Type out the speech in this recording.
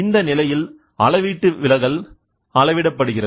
இந்த நிலையில் அளவீட்டு விலகல் அளவிடப்படுகிறது